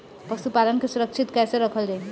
पशुपालन के सुरक्षित कैसे रखल जाई?